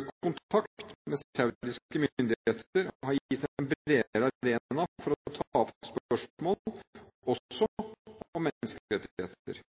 Økt kontakt med saudiske myndigheter har gitt en bredere arena for å ta opp spørsmål også om menneskerettigheter.